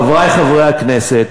חברי חברי הכנסת,